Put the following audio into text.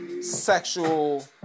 sexual